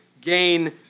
gain